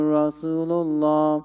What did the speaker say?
Rasulullah